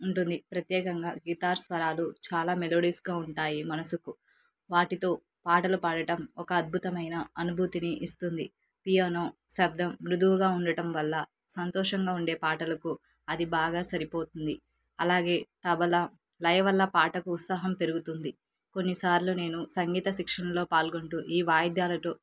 ఉంటుంది ప్రత్యేకంగా గిటార్ స్వరాలు చాలా మెలోడియస్గా ఉంటాయి మనసుకు వాటితో పాటలు పాడటం ఒక అద్భుతమైన అనుభూతిని ఇస్తుంది పియానో శబ్దం మృదువుగా ఉండటం వల్ల సంతోషంగా ఉండే పాటలకు అది బాగా సరిపోతుంది అలాగే తబలా లయ వల్ల పాటకు ఉత్సాహం పెరుగుతుంది కొన్నిసార్లు నేను సంగీత శిక్షణలో పాల్గొంటూ ఈ వాయిద్యాలతో